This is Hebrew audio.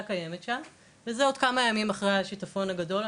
קיימת שם וזה עוד כמה ימים אחרי השיטפון הגדול.